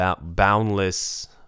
boundless